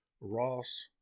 Ross